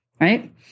right